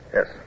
Yes